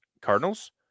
Cardinals